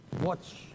watch